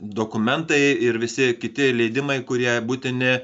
dokumentai ir visi kiti leidimai kurie būtini